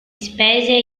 spese